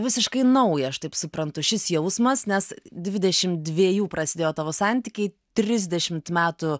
visiškai nauja aš taip suprantu šis jausmas nes dvidešimt dviejų prasidėjo tavo santykiai trisdešimt metų